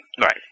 Right